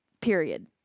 period